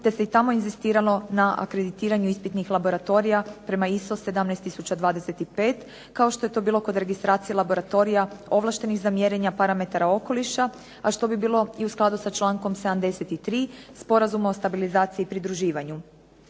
te se i tamo inzistiralo na akreditiranju ispitnih laboratorija prema ISO 17 tisuća 25 kao što je to bilo kod registracije laboratorija ovlaštenih za mjerenja parametra okoliša, a što bi bilo i u skladu sa člankom 73. Sporazuma o stabilizaciji i pridruživanju.